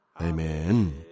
Amen